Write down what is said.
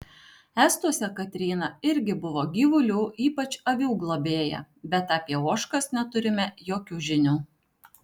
estuose katryna irgi buvo gyvulių ypač avių globėja bet apie ožkas neturime jokių žinių